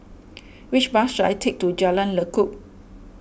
which bus should I take to Jalan Lekub